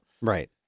Right